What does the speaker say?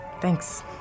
Thanks